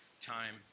time